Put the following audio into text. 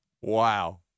Wow